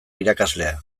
irakaslea